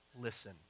listen